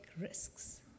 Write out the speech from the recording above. risks